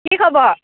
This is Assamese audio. কি খবৰ